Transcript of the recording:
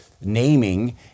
naming